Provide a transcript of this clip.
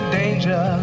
danger